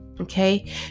Okay